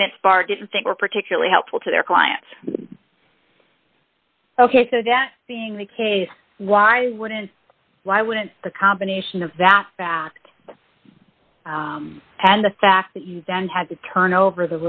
defense bar didn't think were particularly helpful to their client ok so that being the case why wouldn't why wouldn't the combination of that fact and the fact that you then had to turn over